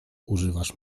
używasz